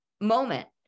moment